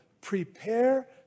prepare